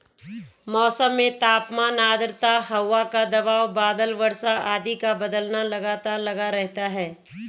मौसम में तापमान आद्रता हवा का दबाव बादल वर्षा आदि का बदलना लगातार लगा रहता है